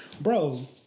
Bro